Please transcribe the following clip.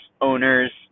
owners